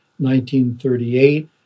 1938